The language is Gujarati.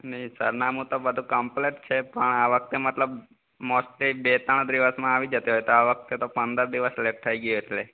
નહી સરનામું તો બધું કમ્પલેટ છે પણ આ વખતે મતલબ મોસ્ટલી બે ત્રણ દિવસમાં આવી જતી હોય તો આ વખતે તો પંદર દિવસ લેટ થઈ ગઈ એટલે